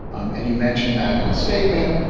um and you mentioned that in the statement.